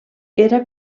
era